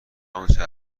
انچه